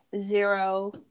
zero